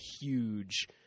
huge